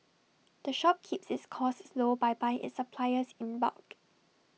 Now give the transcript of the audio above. the shop keeps its costs low by buying its supplies in bulk